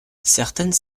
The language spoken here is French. certaines